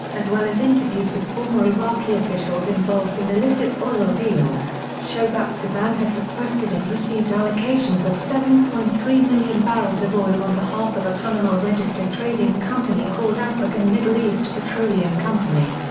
as well as interviews with former iraqi officials involved in illicit oil deals, show that sevan had requested and received allocations of seven point three million barrels of oil on behalf of a panama-registered trading company called african middle east petroleum co.